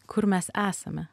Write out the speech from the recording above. kur mes esame